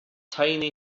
tiny